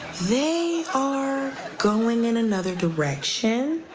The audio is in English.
they are going in another direction.